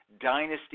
dynasty